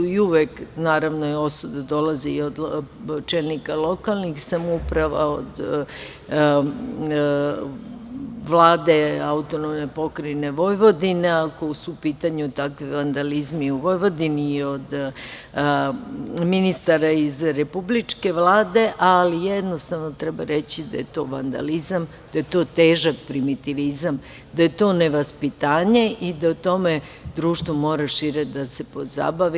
Naravno, osude dolaze i od čelnika lokalnih samouprava, od Vlade AP Vojvodine, ako su u pitanju takvi vandalizmi u Vojvodini, od ministara iz republičke Vlade, ali, jednostavno, treba reći da je to vandalizam, da je to težak primitivizam, da je to nevaspitanje i da o tome društvo mora šire da se pozabavi.